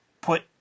put